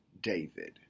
David